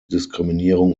diskriminierung